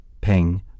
Ping